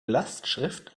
lastschrift